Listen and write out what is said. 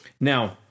Now